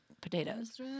potatoes